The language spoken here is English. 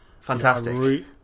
fantastic